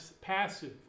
passive